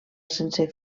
sense